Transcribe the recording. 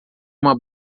uma